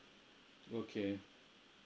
okay